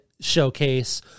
showcase